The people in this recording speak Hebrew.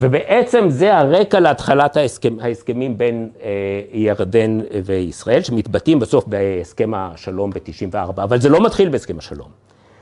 ‫ובעצם זה הרקע להתחלת ההסכמים ‫בין ירדן וישראל, ‫שמתבטאים בסוף בהסכם השלום ב-94', ‫אבל זה לא מתחיל בהסכם השלום.